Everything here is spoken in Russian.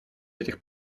этих